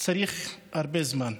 צריך הרבה זמן.